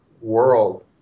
world